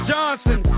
Johnson